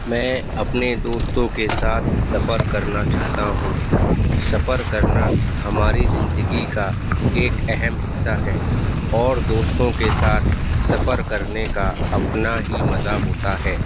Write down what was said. میں اپنے دوستوں کے ساتھ سفر کرنا چاہتا ہوں سفر کرنا ہماری زندگی کا ایک اہم حصہ ہے اور دوستوں کے ساتھ سفر کرنے کا اپنا ہی مزہ ہوتا ہے